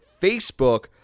Facebook